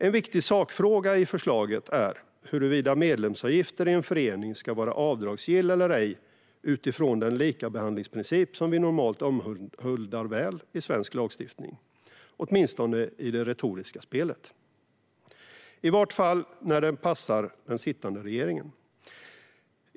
En viktig sakfråga i förslaget är huruvida medlemsavgifter i en förening ska vara avdragsgilla eller ej utifrån den likabehandlingsprincip som vi normalt omhuldar i svensk lagstiftning, åtminstone i det retoriska spelet - och i varje fall när det passar sittande regering.